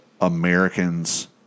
Americans